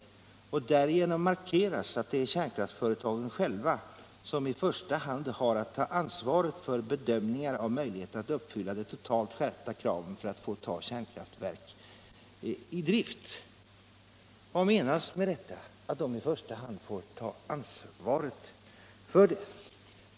Och det sägs i svaret: ”Därigenom markeras att det är kärnkraftsföretagen själva som i första hand har att ta ansvaret för bedömningar av möjligheterna att uppfylla de totalt skärpta kraven för att få ta kärnkraftverk i drift.” Vad menas med att de i första hand själva får ta ansvaret?